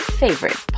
favorite